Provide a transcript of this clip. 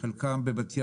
חלקן בבת ים,